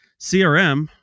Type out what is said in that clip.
CRM